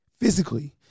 physically